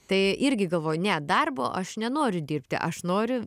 tai irgi galvoju ne darbo aš nenoriu dirbti aš noriu